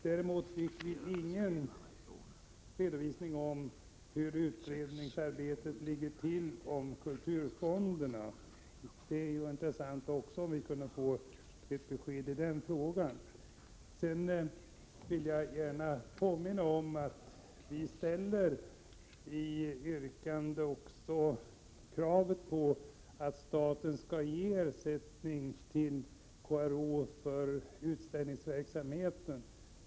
Däremot fick vi ingen redovisning av hur utredningsarbetet ligger till när det gäller kulturfonderna. Det vore intressant att få ett besked också i den frågan. Jag vill också gärna påminna om att vi i vårt yrkande ställer krav på att staten skall ge ersättning till KRO för utställningsverksamhet.